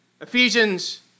Ephesians